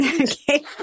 okay